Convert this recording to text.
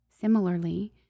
Similarly